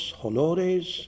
honores